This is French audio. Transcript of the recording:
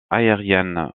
aérienne